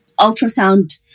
ultrasound